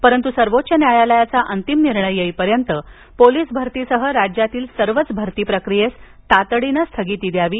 परंतु सर्वोच्च न्यायालयाचा अंतिम निर्णय येईपर्यंत पोलीस भरतीसह राज्यातील सर्वच भरती प्रक्रियेस तातडीने स्थगिती द्यावी